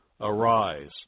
Arise